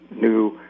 new